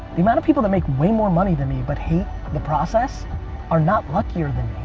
the amount of people that make way more money than me but hate the process are not luckier than